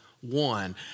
one